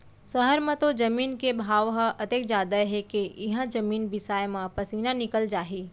सहर म तो जमीन के भाव ह अतेक जादा हे के इहॉं जमीने बिसाय म पसीना निकल जाही